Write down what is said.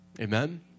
amen